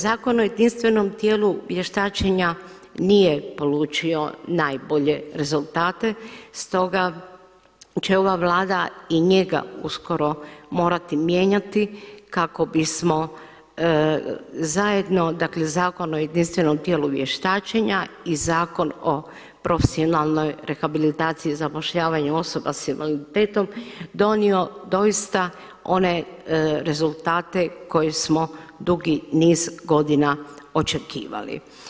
Zakon o jedinstvenom tijelu vještačenja nije polučio najbolje rezultate, stoga će ova Vlada i njega uskoro morati mijenjati kako bismo zajedno, dakle Zakon o jedinstvenom tijelu vještačenja i Zakon o profesionalnoj rehabilitaciji i zapošljavanju osoba sa invaliditetom donio doista one rezultate koje smo dugi niz godina očekivali.